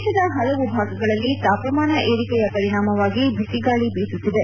ದೇಶದ ಹಲವು ಭಾಗಗಳಲ್ಲಿ ತಾಪಮಾನ ಏರಿಕೆಯ ಪರಿಣಾಮವಾಗಿ ಬಿಸಿಗಾಳಿ ಬೀಸುತ್ತಿದೆ